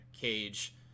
cage